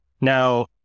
Now